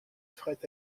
fret